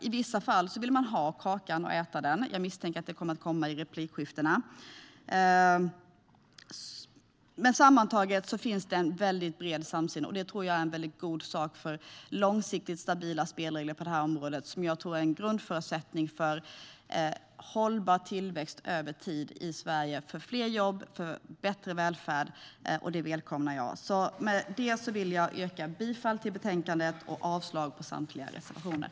I vissa fall vill man ha kvar kakan och samtidigt äta den. Jag misstänker att det kommer upp i replikskiftena. Sammantaget finns det en väldigt bred samsyn, och det är en god sak för långsiktigt stabila spelregler på det här området som jag tror är en grundförutsättning för hållbar tillväxt över tid i Sverige för fler jobb och för bättre välfärd, och det välkomnar jag. Med detta vill jag yrka bifall till utskottets förslag och avslag på samtliga reservationer.